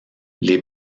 les